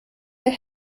der